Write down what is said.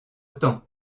temps